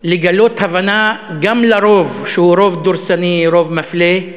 לגלות הבנה גם לרוב, שהוא רוב דורסני, רוב מפלה,